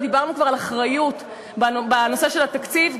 דיברנו כבר על אחריות בנושא של התקציב.